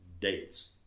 dates